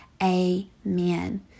Amen